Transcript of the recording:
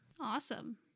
Awesome